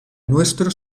nuestro